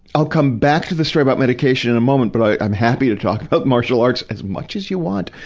i'll come back to the story about medication in a moment. but i'm happy to talk about martial arts as much as you want.